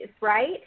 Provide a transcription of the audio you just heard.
right